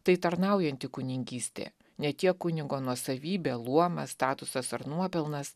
tai tarnaujanti kunigystė ne tiek kunigo nuosavybė luomas statusas ar nuopelnas